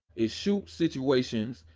it shoots situations,